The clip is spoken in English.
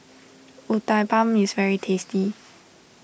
Uthapam is very tasty